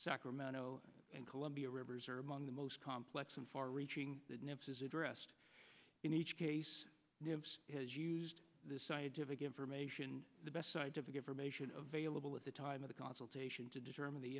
sacramento and columbia rivers are among the most complex and far reaching is addressed in each case is used the scientific information the best scientific information available at the time of the consultation to determine the